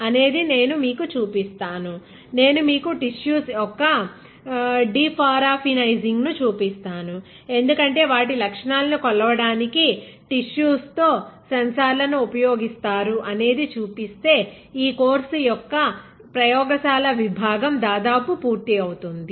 అనేది నేను మీకు చూపిస్తాను నేను మీకు టిష్యూస్ యొక్క డిప్పారఫినైసింగ్ను చూపిస్తాను ఎందుకంటే వాటి లక్షణాలను కొలవడానికి టిష్యూస్ తో సెన్సార్లను ఉపయోగిస్తారు అనేది చూపిస్తే ఈ కోర్సు యొక్క ప్రయోగశాల విభాగం దాదాపు పూర్తి అవుతుంది